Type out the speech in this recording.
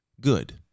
good